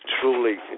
truly